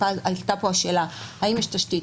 עלתה פה השאלה האם יש תשתית,